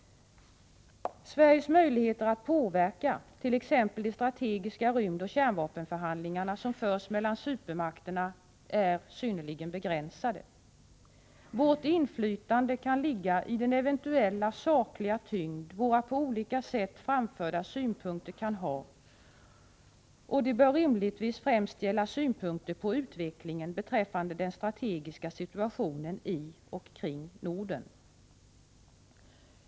Sveriges möjligheter att påverka t.ex. de strategiska rymdoch kärnvapenförhandlingar som förs mellan supermakterna är synnerligen begränsade. Vårt inflytande kan ligga i den eventuella sakliga tyngd våra på olika sätt framförda synpunkter kan ha, och det bör rimligtvis främst gälla synpunkter på utvecklingen beträffande den strategiska situationen i och kring Norden.